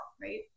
right